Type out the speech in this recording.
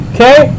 Okay